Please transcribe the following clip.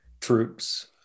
troops